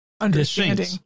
understanding